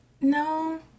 no